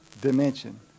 dimension